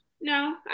No